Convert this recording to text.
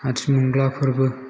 आथिमंग्ला फोरबो